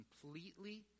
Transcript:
completely